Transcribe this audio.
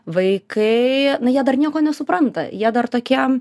vaikai na jie dar nieko nesupranta jie dar tokiam